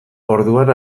orduan